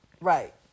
Right